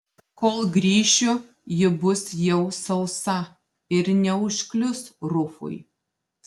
kol grįšiu ji bus jau sausa ir neužklius rufui